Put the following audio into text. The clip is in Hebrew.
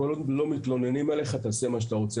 כל עוד לא מתלוננים עליך, תעשה מה שאתה אוצר.